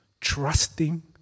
trusting